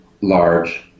large